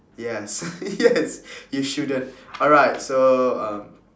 yes yes you shouldn't alright so uh